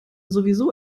sowieso